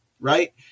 right